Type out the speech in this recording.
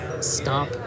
stop